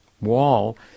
wall